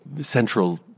central